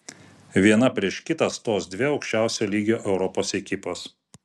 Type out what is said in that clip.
viena prieš kitą stos dvi aukščiausio lygio europos ekipos